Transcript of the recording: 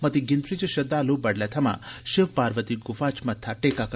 मती गिनतरी च श्रद्धाल्एं बड्डलै थमा शिव पार्वरी ग्फा च मत्था टेकेया